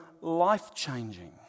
life-changing